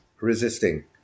resisting